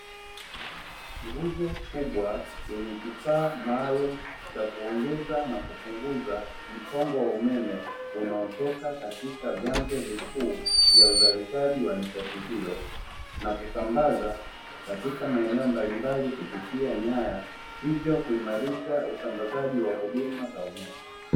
Nguzo kubwa yenye kifaa maalumu chakuongeza na kupunguza msongo wa umeme unao toka katika vyanzo vikuu vya uzalishaji wa nishati hiyo na kusambaza katika maeneo mbalimbali kupitia nyaya, hivyo kuimarisha usambazaji wa huduma za umeme.